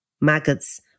Maggots